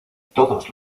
todos